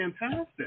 fantastic